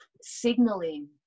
signaling